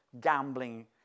gambling